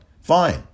Fine